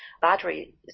battery